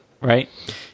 right